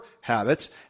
habits